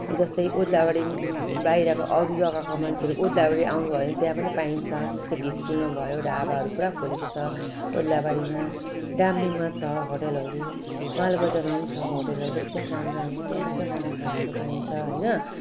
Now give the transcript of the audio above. जस्तै उद्लाबारीबाहिरको अरू जग्गाको मान्छेहरू उद्लाबारी आउनुभयो भने त्यहाँ पनि पाइन्छ जस्तै घिसपुलमा भयो ढाबाहरू पुरा खोलेको छ उद्लाबारीमा डामलीमा छ होटलहरू मालबजारमा पनि छ होटलहरू एकदम राम्रो राम्रो त्याहाँ एकदम राम्रो खानाहरू पाइन्छ हैन